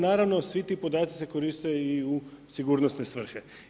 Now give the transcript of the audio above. Naravno, svi ti podaci se koriste i u sigurnosne svrhe.